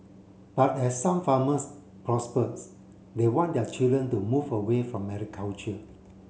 but as some farmers prospered they want their children to move away from agriculture